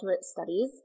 studies